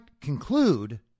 conclude